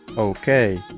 ok,